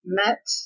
met